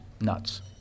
nuts